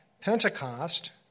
Pentecost